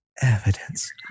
evidence